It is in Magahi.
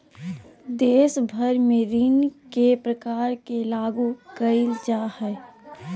देश भर में ऋण के प्रकार के लागू क़इल जा हइ